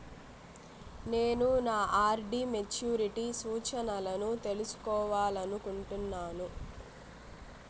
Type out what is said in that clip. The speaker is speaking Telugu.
నేను నా ఆర్.డి మెచ్యూరిటీ సూచనలను తెలుసుకోవాలనుకుంటున్నాను